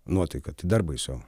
nuotaiką tai dar baisiau